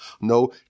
no